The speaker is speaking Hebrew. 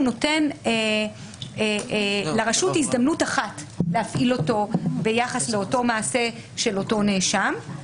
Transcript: נותן לרשות הזדמנות אחת להפעיל אותו ביחס לאותו מעשה של אותו נאשם.